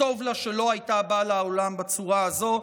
וטוב לה שלא הייתה באה לעולם בצורה הזו,